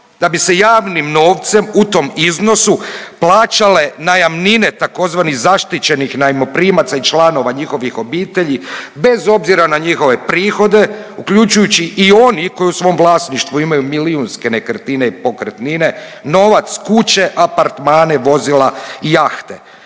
da bi se javnim novcem u tom iznosu plaćale najamnine tzv. zaštićenih najmoprimaca i članova njihovih obitelji bez obzira na njihove prihode uključujući i oni koji u svom vlasništvu imaju milijunske nekretnine i pokretnine, novac, kuće, apartmane, vozila i jahte.